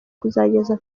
kuzageza